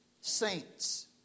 saints